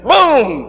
Boom